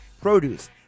produce